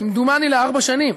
כמדומני לארבע שנים,